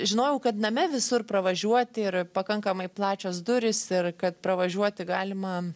žinojau kad name visur pravažiuoti ir pakankamai plačios durys ir kad pravažiuoti galima